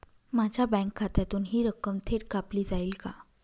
माझ्या बँक खात्यातून हि रक्कम थेट कापली जाईल का?